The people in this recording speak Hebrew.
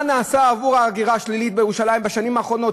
מה נעשה בשל ההגירה השלילית בירושלים בשנים האחרונות?